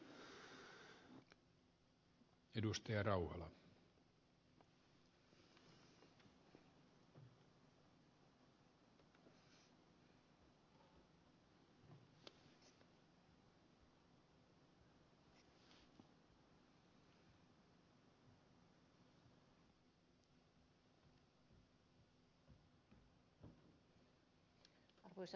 arvoisa puhemies